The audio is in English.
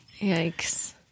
Yikes